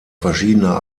verschiedener